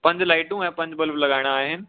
पंज लाइटू ऐं पंज बल्ब लॻाइणा आहिनि